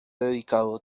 dedicado